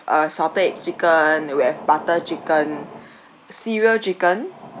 uh salted egg chicken we have butter chicken cereal chicken